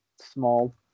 small